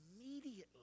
immediately